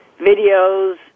videos